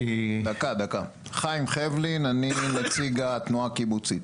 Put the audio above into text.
חיים חבלין, נציג התנועה הקיבוצית.